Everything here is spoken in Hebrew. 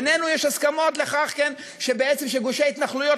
בינינו יש הסכמות לכך שגושי ההתנחלויות